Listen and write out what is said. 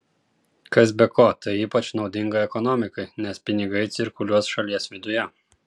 kas be ko tai ypač naudinga ekonomikai nes pinigai cirkuliuos šalies viduje